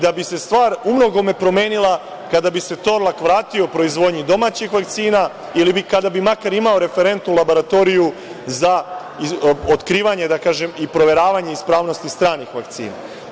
Da bi se stvar u mnogome promenila, kada bi se „Torlak“ vratio proizvodnji domaćih vakcina ili kada bi makar imao referentnu laboratoriju za otkrivanje, da kažem, i proveravanje ispravnosti stranih vakcina.